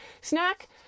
Snack